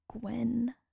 Gwen